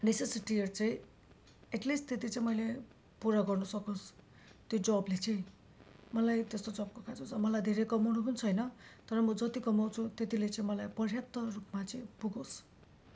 निसेसिटीहरू चाहिँ एटलिस्ट त्यति चाहिँ मैले पुरा गर्नु सकोस् त्यो जबले चाहिँ मलाई त्यस्तो जबको खाँचो छ मलाई धेरै कमउनु पनि छैन तर म जति कमाउँछु त्यतिले चाहिँ मलाई पर्याप्तमा चाहिँ पुगोस्